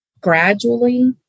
gradually